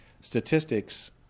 statistics